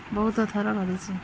ବହୁତ ଥର କରିଛି